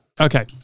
Okay